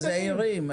הזעירים,